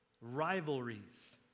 rivalries